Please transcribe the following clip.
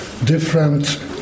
different